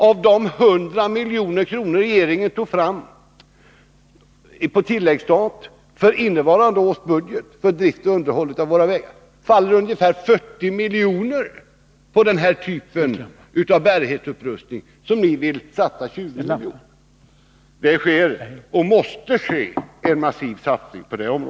Av de 100 milj.kr. regeringen tog fram på tilläggsstat till innevarande års budget för drift och underhåll av våra vägar faller ungefär 40 miljoner på den typ av bärighetsupprustning som centern vill satsa 20 miljoner på. Det sker och måste ske en massiv satsning på det området.